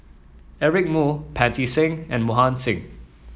Eric Moo Pancy Seng and Mohan Singh